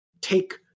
take